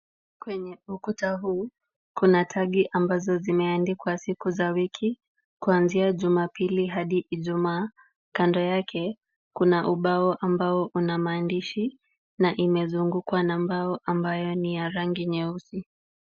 Kwenye ukuta huu kuna tagi ambazo zimeandikwa siku za wiki kuanzia Jumapili hadi Ijumaa, kando yake kuna ubao ambao una maandishi na imezungukwa na mbao ambayo ni ya rangi nyeusi.